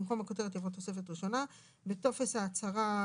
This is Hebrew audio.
(1)במקום הכותרת יבוא "תוספת ראשונה"; (2)בטופס ההצהרה,